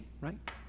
right